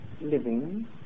living